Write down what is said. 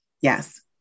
Yes